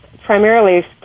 primarily